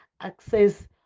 access